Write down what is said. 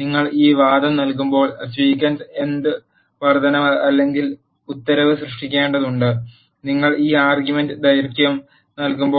നിങ്ങൾ ഈ വാദം നൽകുമ്പോൾ സീക്വൻസ് എന്ത് വർദ്ധനവ് അല്ലെങ്കിൽ ഉത്തരവ് സൃഷ്ടിക്കേണ്ടതുണ്ട് നിങ്ങൾ ഈ ആർഗ്യുമെൻറ് ദൈർഘ്യം നൽകുമ്പോൾ